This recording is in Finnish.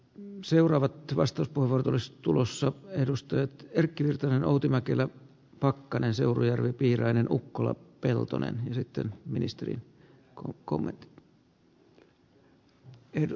en seuraava tilastot puhuvat olisi tulossa edustaa erkki virtanen outi mäkelä pakkanen seurujärvi piirainen ukkola peltonen esitteli ministeri arvoisa puhemies